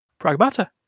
Pragmata